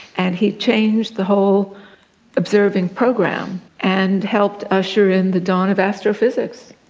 and he changed the whole observing program and helped usher in the dawn of astrophysics.